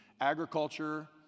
agriculture